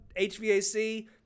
HVAC